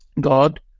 God